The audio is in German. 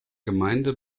gemeinde